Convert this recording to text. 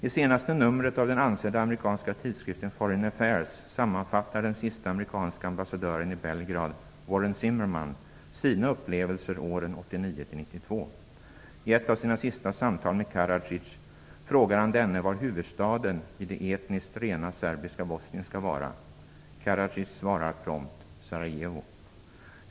I senaste numret av den ansedda amerikanska tidskriften Foreign Affairs sammanfattar den siste amerikanske ambassadören i Belgrad, Warren Zimmermann, sina upplevelser åren 1989--1992. I ett av sina sista samtal med Karadzic frågar han denne vad huvudstaden i det etniskt rena serbiska Bosnien skall vara. Karadzic svarar prompt Sarajevo.